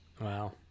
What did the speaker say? Wow